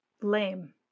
lame